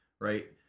right